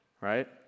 Right